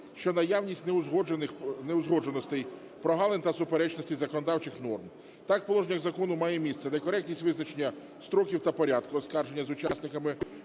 що наявність неузгодженостей, прогалин та суперечностей законодавчих норм. Так в положеннях закону має місце некоректність визначення строків та порядку оскарження з учасниками